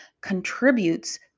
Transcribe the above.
contributes